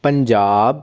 Punjab